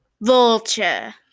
vulture